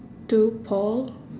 to paul